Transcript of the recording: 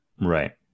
Right